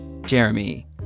Jeremy